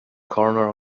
corner